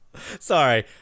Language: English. Sorry